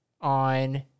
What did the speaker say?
on